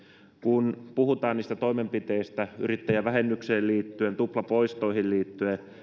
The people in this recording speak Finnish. kun puhutaan niistä toimenpiteistä yrittäjävähennykseen liittyen tuplapoistoihin liittyen